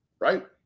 right